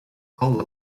called